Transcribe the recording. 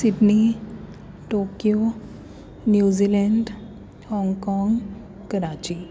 Sydney Tokyo New Zealand Hong Kong Karachi